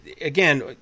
again